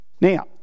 Now